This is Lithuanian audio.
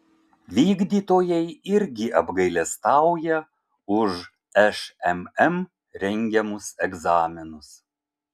vykdytojai irgi apgailestauja už šmm rengiamus egzaminus